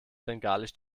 bengalisch